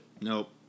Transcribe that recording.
Nope